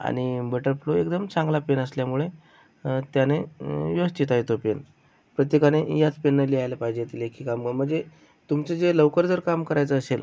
आणि बटरफ्लो एकदम चांगला पेन असल्यामुळे त्याने व्यवस्थित आहे तो पेन प्रत्येकाने याच पेननं लिहायला पाहिजे लेखीकाम बं म्हणजे तुमचे जे लवकर जर काम करायचं असेल